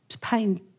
pain